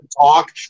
talk